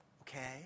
okay